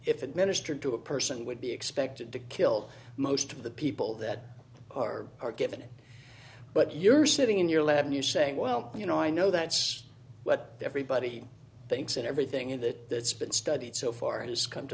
administered to a person would be expected to kill most of the people that are are given it but you're sitting in your lab you saying well you know i know that's what everybody thinks and everything in that that's been studied so far has come to